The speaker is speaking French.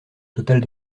total